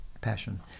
passion